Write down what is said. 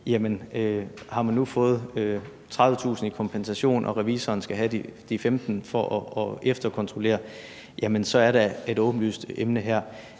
man har fået 30.000 kr. i kompensation og revisoren skal have de 15.000 kr. for at efterkontrollere; jamen så er der åbenlyst et emne.